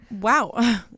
Wow